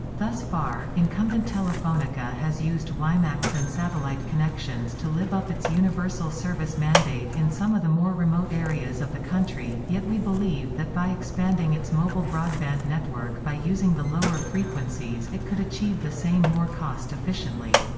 thus far, incumbent telefonica has used wimax and satellite connections to live up its universal service mandate in some of the more remote areas of the country, yet we believe that by expanding its mobile broadband network by using the lower frequencies it could achieve the same more cost-efficiently.